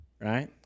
right